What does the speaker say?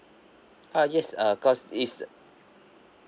ah yes uh because it's